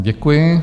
Děkuji.